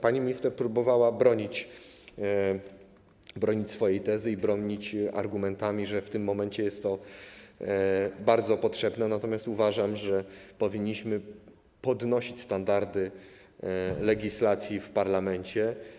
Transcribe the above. Pani minister próbowała bronić swojej tezy i podawać argumenty, że w tym momencie jest to bardzo potrzebne, natomiast uważam, że powinniśmy podnosić standardy legislacji w parlamencie.